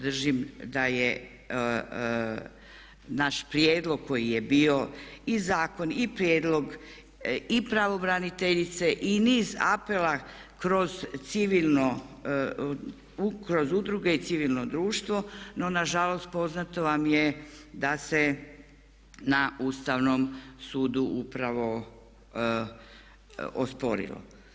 Držim da je naš prijedlog koji je bio i zakon i prijedlog i pravobraniteljice i niz apela kroz udruge i civilno društvo no nažalost poznato vam je da se na Ustavnom sudu upravo osporilo.